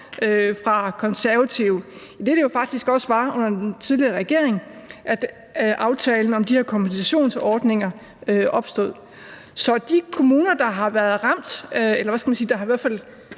fra Konservative, idet det jo faktisk også var under den tidligere regering, at aftalen om de her kompensationsordninger opstod. Så de kommuner, der har været ramt af eller nærmere nydt godt af de her